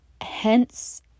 Hence